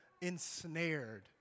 ensnared